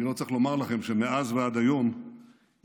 אני לא צריך לומר לכם שמאז ועד היום איראן